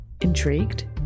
Intrigued